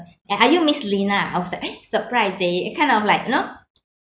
uh are you miss lina I was like eh surprised they kind of like you know